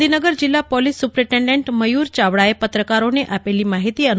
ગાંધીનગર જીલ્લા police superintendent Mayur ચાવડાએ પત્રકારોને આ માહીતી આપી હતી